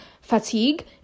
fatigue